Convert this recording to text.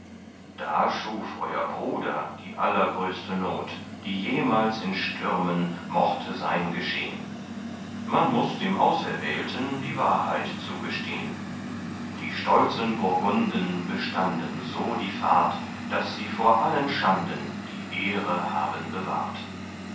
da schuf euer bruder die allergrößte not die jemals in stürmen mochte sein geschehn man muß dem auserwählten die wahrheit zugestehn die stolzen burgunden bestanden so die fahrt daß sie vor allen schanden die ehre haben bewahrt